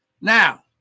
Now